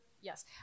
Yes